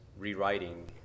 Rewriting